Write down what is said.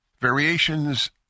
Variations